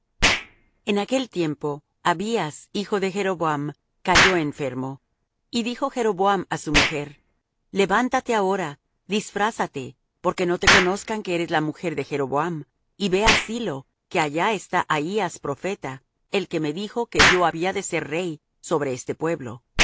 en aquel tiempo abías hijo de jeroboam cayó enfermo y dijo jeroboam á su mujer levántate ahora disfrázate porque no te conozcan que eres la mujer de jeroboam y ve á silo que allá está ahías profeta el que me dijo que yo había de ser rey sobre este pueblo